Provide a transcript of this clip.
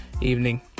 evening